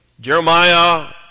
Jeremiah